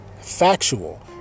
factual